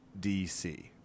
DC